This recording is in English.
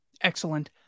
Excellent